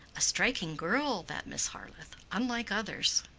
a striking girl that miss harleth unlike others.